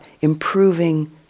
improving